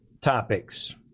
topics